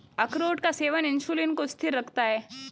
अखरोट का सेवन इंसुलिन को स्थिर रखता है